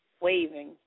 Waving